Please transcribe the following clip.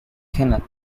kenneth